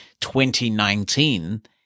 2019